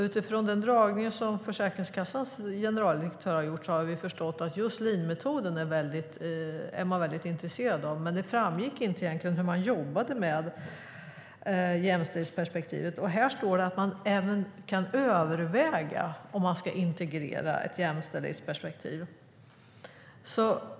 Utifrån den dragning Försäkringskassans generaldirektör gjort har vi förstått att man är väldigt intresserad av just lean-metoden, men det framtick inte egentligen hur man jobbade med jämställdhetsperspektivet. Det står att man kan överväga om man ska integrera ett jämställdhetsperspektiv.